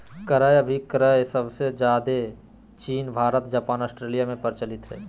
क्रय अभिक्रय सबसे ज्यादे चीन भारत जापान ऑस्ट्रेलिया में प्रचलित हय